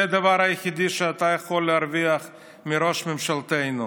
זה הדבר היחיד שאתה יכול להרוויח מראש ממשלתנו,